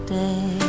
day